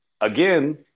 Again